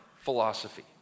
philosophy